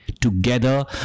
together